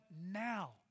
Now